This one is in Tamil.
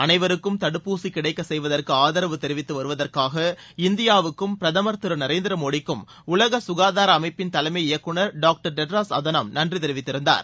அனைவருக்கும் தடுப்பூசிகிடைக்கச் செய்வதற்குஆதரவு தெரிவித்துவருவதற்காக இந்தியாவுக்கும் பிரதமர் திருநரேந்திரமோடிக்கும் உலககாதாரஅமைப்பின் தலைமை இயக்குநர் டாக்டர் டெட்ராஸ் அதானோம் நன்றிதெரிவித்திருந்தார்